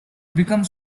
becomes